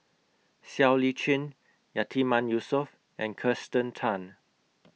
Siow Lee Chin Yatiman Yusof and Kirsten Tan